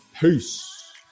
Peace